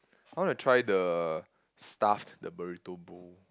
I want to try the Stuff'd the burrito bull